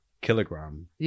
kilogram